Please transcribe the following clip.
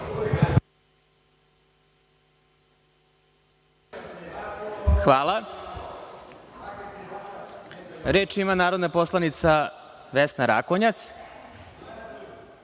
Hvala. Reč ima narodna poslanica Vesna Rakonjac.